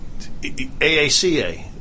AACA